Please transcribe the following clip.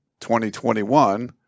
2021